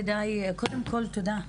קודם כל, תודה.